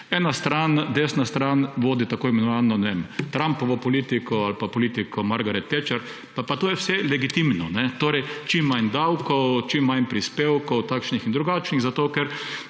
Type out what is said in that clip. Ena stran, desna stran, vodi tako imenovano Trumpovo politiko ali pa politiko Margaret Thatcher – pa je vse to legitimno –, torej čim manj davkov, čim manj prispevkov, takšnih in drugačnih, zato ker